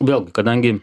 vėlgi kadangi